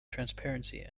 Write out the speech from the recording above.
transparency